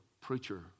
preacher